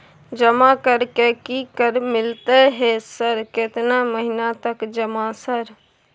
जमा कर के की कर मिलते है सर केतना महीना तक जमा सर?